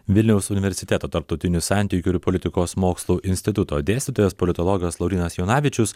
vilniaus universiteto tarptautinių santykių ir politikos mokslų instituto dėstytojas politologas laurynas jonavičius